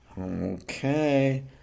Okay